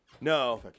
No